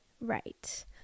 Right